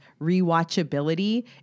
rewatchability